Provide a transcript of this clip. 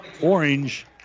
Orange